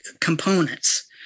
components